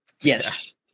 Yes